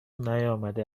نیامده